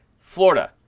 Florida